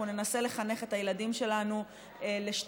אנחנו ננסה לחנך את הילדים שלנו לשתיקה